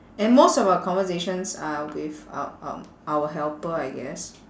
and most of our conversations are with uh um our helper I guess